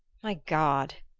my god!